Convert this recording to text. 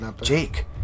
Jake